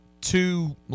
two